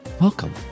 Welcome